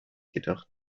jedoch